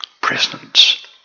presence